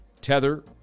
Tether